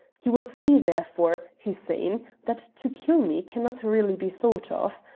you will see, therefore, hussein, that to kill me cannot really be thought of.